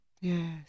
Yes